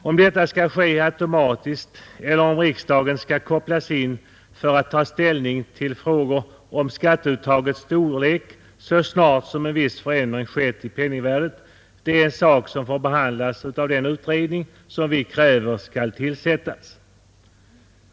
Om detta skall ske automatiskt eller om riksdagen skall kopplas in för att ta ställning till frågor rörande skatteuttagets storlek så snart en viss förändring skett i penningvärdet är en sak som får behandlas av den utredning som vi kräver skall tillsättas.